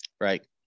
right